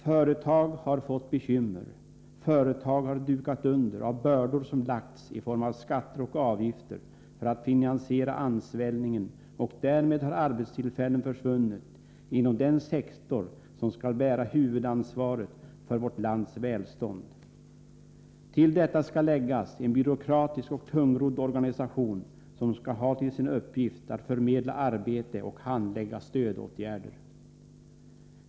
Företag har fått bekymmer, företag har dukat under av bördor som lagts på dem i form av skatter och avgifter för att finansiera ansvällningen, och därmed har arbetstillfällen försvunnit inom den sektor som skall bära huvudansvaret för vårt lands välstånd. Till detta skall läggas en byråkratisk och tungrodd organisation, som skall ha till uppgift att förmedla arbete och handlägga stödåtgärder.